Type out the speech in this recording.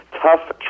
tough